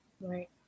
Right